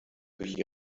durch